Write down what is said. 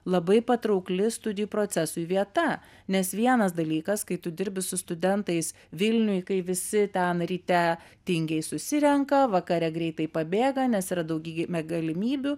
labai patraukli studijų procesui vieta nes vienas dalykas kai tu dirbi su studentais vilniuj kai visi ten ryte tingiai susirenka vakare greitai pabėga nes yra daugybė galimybių